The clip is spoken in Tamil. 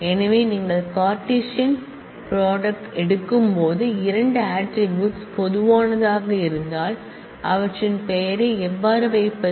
எனவே நீங்கள் கார்ட்டீசியன் தயாரிப்பை எடுக்கும்போது இரண்டு ஆட்ரிபூட்ஸ் பொதுவானதாக இருந்தால் அவற்றின் பெயரை எவ்வாறு வைப்பது